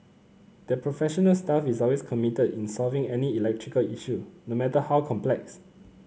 their professional staff is always committed in solving any electrical issue no matter how complex